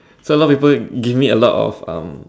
so a lot of people give me a lot of um